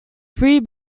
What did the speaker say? three